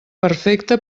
perfecta